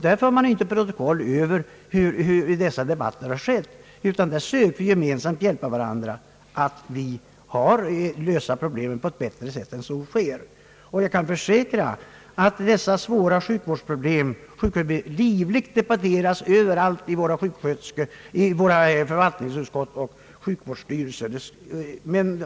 Där förs inte några protokoll över debatterna, utan där söker vi gemensamt hjälpa varandra att lösa problemen. Jag kan försäkra att dessa svåra sjukvårdsproblem livligt debatteras överallt i våra förvaltningsutskott och sjukvårdsstyrelser.